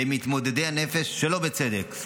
למתמודדי הנפש שלא בצדק.